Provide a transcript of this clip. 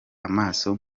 amaso